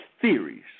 theories